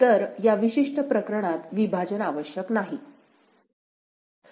तर या विशिष्ट प्रकरणात विभाजन आवश्यक नाही